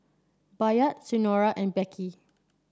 Bayard Senora and Beckie